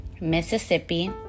Mississippi